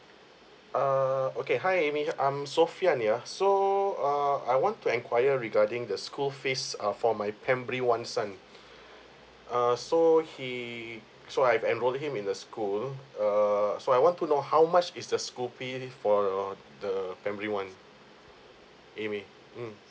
uh okay hi amy I'm sophian here so err I want to enquiry regarding the school fees uh for my primary one son err so he so I've enroll him in the school err so I want to know how much is the school fee for the primary one amy mm